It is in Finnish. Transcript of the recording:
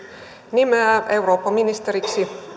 nimeää eurooppaministeriksi